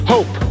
Hope